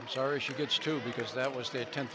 i'm sorry she gets two because that was the ten